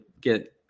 get